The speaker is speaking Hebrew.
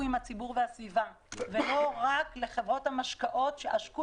עם הציבור ועם הסביבה ולא רק עם חברות המשקאות שעשקו